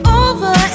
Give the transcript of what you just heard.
over